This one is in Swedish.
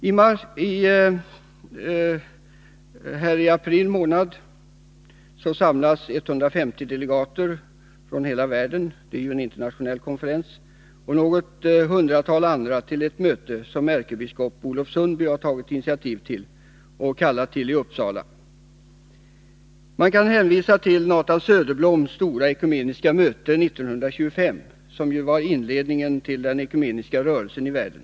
I april månad samlas 150 delegater från hela världen — det är en internationell konferens — och något hundratal andra till ett möte, som ärkebiskop Olof Sundby har tagit initiativ till och kallat till i Uppsala. Man kan hänvisa till Nathan Söderbloms stora ekumeniska möte 1925, som ju var inledningen till den ekumeniska rörelsen i världen.